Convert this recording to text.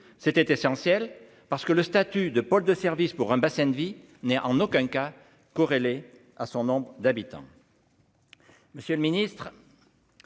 c'était essentiel parce que le statut de pôle de service pour un bassin de vie n'est en aucun cas corrélé à son nombre d'habitants.